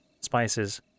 spices